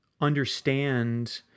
understand